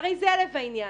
הרי זה לב העניין.